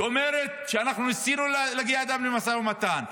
שאומרת: אנחנו ניסינו להגיע איתם למשא ומתן,